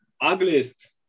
ugliest